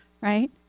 right